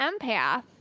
empath